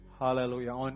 Hallelujah